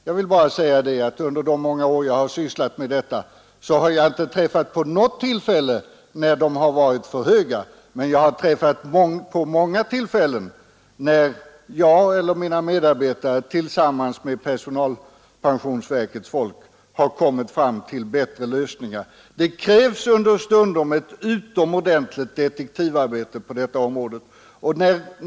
Jag vill bara säga att under de många år jag har sysslat med detta har jag inte träffat på något tillfälle när de har varit för höga, men jag har däremot träffat på många tillfällen när jag eller mina medarbetare tillsammans med personalpensionsverkets folk har kommit fram till att de varit för låga. Det krävs understundom ett ordentligt detektivarbete på detta område.